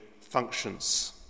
functions